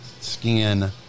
skin